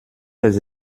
les